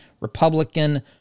Republican